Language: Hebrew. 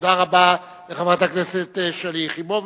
תודה רבה לחברת הכנסת שלי יחימוביץ.